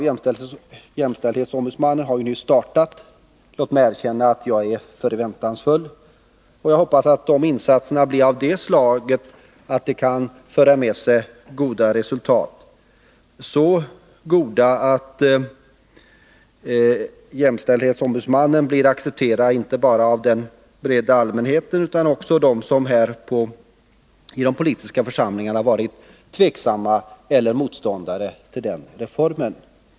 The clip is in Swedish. Jämställdhetsombudsmannen har ju nyss påbörjat sitt arbete. Låt mig erkänna att jag är mycket förväntansfull. Jag hoppas att jämställdhetsombudsmannens insatser blir av det slaget att de kan föra med sig goda resultat, så goda att jämställdhetsombudsmannen blir accepterad inte bara av den breda allmänheten utan också av dem i de politiska församlingarna som varit tveksamma eller motståndare till den här reformen.